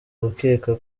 gukeka